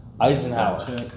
Eisenhower